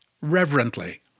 reverently